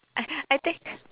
I I think